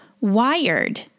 wired